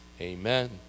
Amen